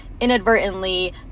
inadvertently